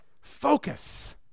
Focus